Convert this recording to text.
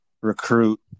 recruit